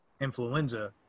influenza